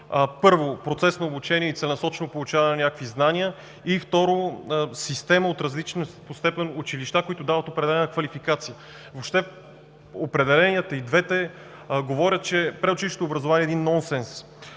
първо, процес на обучение и целенасочено получаване на някакви знания и, второ, система от различни по степен училища, които дават определена квалификация? И двете определения говорят, че предучилищното образование е един нонсенс.